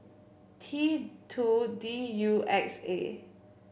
T two D U X A